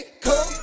come